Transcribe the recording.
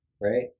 right